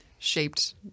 shaped